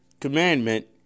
commandment